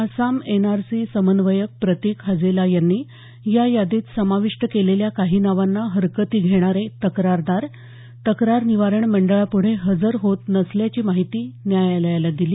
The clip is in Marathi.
आसाम एनआरसी समन्वयक प्रतिक हजेला यांनी या यादीत समाविष्ट केलेल्या काही नावांना हरकती घेणारे तक्रारदार तक्रारनिवारण मंडळापुढे हजर होत नसल्याची माहिती न्यायालयाला दिली